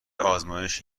آزمایش